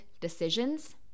decisions